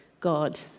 God